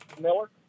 Miller